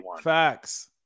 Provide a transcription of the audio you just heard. Facts